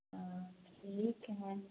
हाँ ठीक है